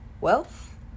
Wealth